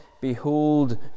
behold